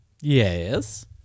Yes